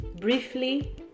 briefly